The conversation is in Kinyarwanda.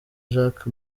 jack